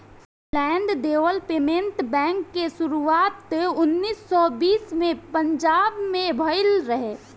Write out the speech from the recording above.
land development bank के शुरुआत उन्नीस सौ बीस में पंजाब में भईल रहे